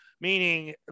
meaning